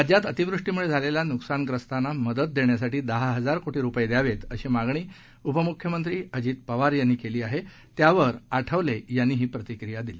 राज्यात अतिवृष्टीमुळे झालेल्या नुकसानग्रस्तांना मदत देण्यासाठी दहा हजार कोटी रूपये द्यावेत अशी मागणी उपमुख्यमंत्री अजित पवार यांनी केली आहे त्यावर आठवले यांनी ही प्रतिक्रिया दिली